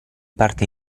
parte